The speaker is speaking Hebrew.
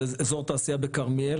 זה אזור תעשייה בכרמיאל,